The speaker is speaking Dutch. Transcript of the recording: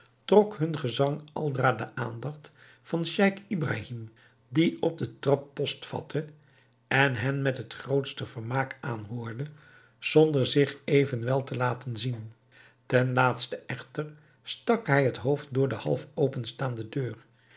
trok hun gezang aldra de aandacht van scheich ibrahim die op den trap post vatte en hen met het grootste vermaak aanhoorde zonder zich evenwel te laten zien ten laatste echter stak hij het hoofd door de half openstaande deur